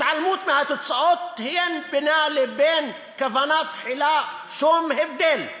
התעלמות מהתוצאות אין בינה לבין כוונה תחילה שום הבדל.